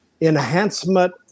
enhancement